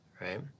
Right